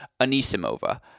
Anisimova